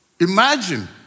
Imagine